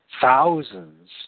Thousands